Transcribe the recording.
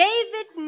David